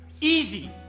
easy